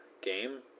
game